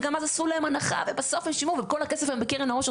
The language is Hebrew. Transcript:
וגם אז עשו להם הנחה ובסוף הם שילמו וכל הכסף היום בקרן העושר.